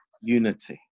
Unity